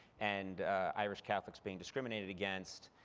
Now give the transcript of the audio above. and irish catholics being discriminated against.